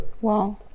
wow